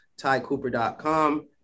tycooper.com